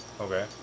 Okay